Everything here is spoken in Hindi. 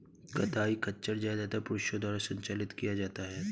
कताई खच्चर ज्यादातर पुरुषों द्वारा संचालित किया जाता था